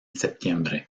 septiembre